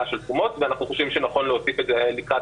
של תרומות ואנחנו חושבים שנכון להוסיף את זה לקראת